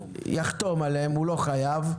יחתום עליהן הוא לא חייב,